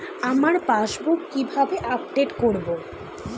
আমার পাসবুক কিভাবে আপডেট করবো?